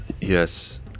Yes